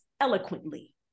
eloquently